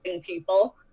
people